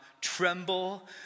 tremble